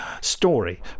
story